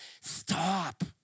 stop